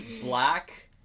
Black